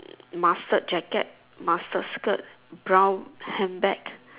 mustard jacket mustard skirt brown handbag